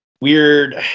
weird